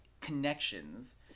connections